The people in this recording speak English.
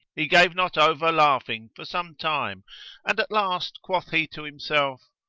he gave not over laughing for some time and at last quoth he to himself,